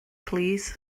plîs